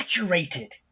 saturated